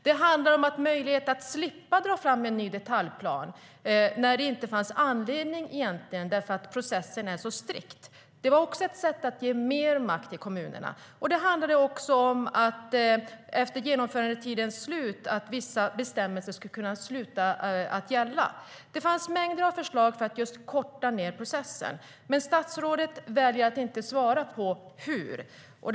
Det handlade om en möjlighet att slippa dra fram en ny detaljplan när det inte fanns anledning för att processen är så strikt. Det var också ett sätt att ge mer makt till kommunerna. Och det handlade om att vissa bestämmelser skulle kunna sluta att gälla efter genomförandetidens slut. Det fanns mängder av förslag för att korta ned processen. Men statsrådet väljer att inte svara på frågan om hur.